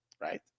right